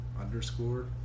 underscore